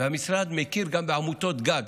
והמשרד מכיר גם בעמותות גג.